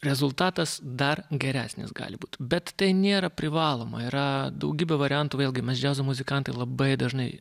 rezultatas dar geresnis gali būt bet tai nėra privaloma yra daugybė variantų vėlgi mes džiazo muzikantai labai dažnai